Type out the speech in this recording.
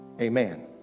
Amen